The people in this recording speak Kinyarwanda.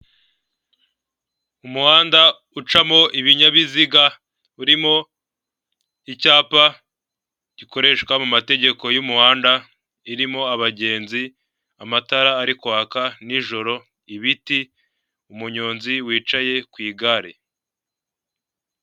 Umuhanda ucamo ibinyabiziga urimo icyapa gikoreshwa mu mategeko yo mu muhanda, harimo abagenzi amatara ari kwaka nijoro, ibiti, umunyonzi wicaye ku igare.